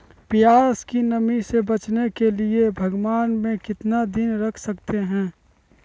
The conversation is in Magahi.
प्यास की नामी से बचने के लिए भगवान में कितना दिन रख सकते हैं?